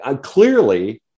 clearly